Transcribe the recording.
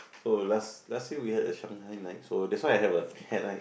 so last last year we have a Shanghai Knight so that's why I had a had like